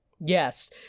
Yes